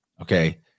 okay